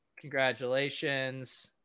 Congratulations